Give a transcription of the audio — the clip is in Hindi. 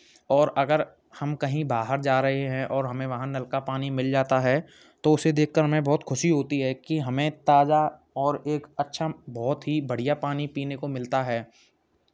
और अगर हम कहीं बाहर जा रहे हैं और हमें वहाँ नल का पानी मिल जाता है तो उसे देख कर हमें बहुत खुशी होती है कि हमें ताज़ा और एक अच्छा बहुत ही बढ़ियाँ पानी पीने को मिलता है